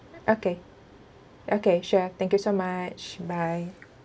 okay okay sure thank you so much bye